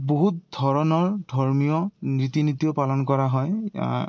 বহুত ধৰণৰ ধৰ্মীয় নীতি নীতিও পালন কৰা হয়